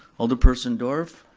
alderperson dorff.